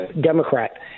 Democrat